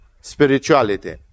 Spirituality